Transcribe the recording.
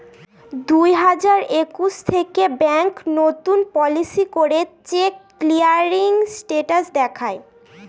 দুই হাজার একুশ থেকে ব্যাঙ্ক নতুন পলিসি করে চেক ক্লিয়ারিং স্টেটাস দেখায়